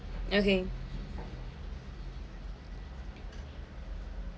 okay